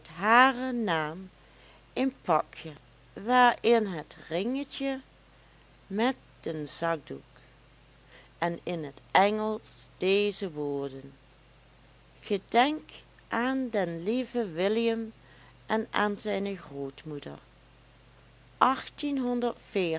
haren naam een pakje waarin het ringetje met den zakdoek en in het engelsch deze woorden gedenk aan den lieven william en aan zijne grootmoeder